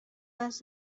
was